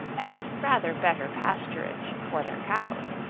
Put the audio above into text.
and rather better pasturage for their cows.